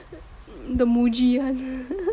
the Muji [one]